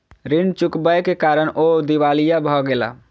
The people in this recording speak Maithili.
ऋण चुकबै के कारण ओ दिवालिया भ गेला